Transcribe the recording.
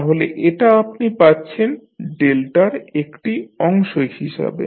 তাহলে এটা আপনি পাচ্ছেন ডেল্টার একটি অংশ হিসাবে